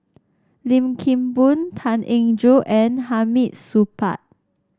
Lim Kim Boon Tan Eng Joo and Hamid Supaat